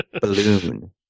balloon